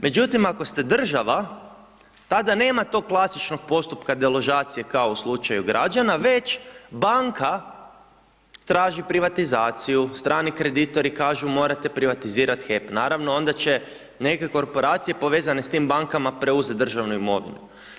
Međutim, ako ste država, tada nema tog plastičnog postupka deložacije kao u slučaja građana, već banka traži privatizaciju, strani kreditori kažu morate privatizirat HEP, naravno onda će neke korporacije povezane s tim bankama preuzet državnu imovinu.